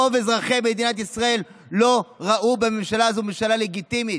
רוב אזרחי מדינת ישראל לא ראו בממשלה הזו ממשלה לגיטימית,